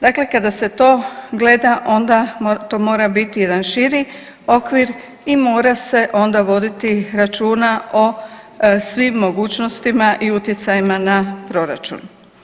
Dakle, kada se to gleda, onda to mora biti jedan širi okvir i mora se onda voditi računa o svim mogućnostima i utjecajima na proračun.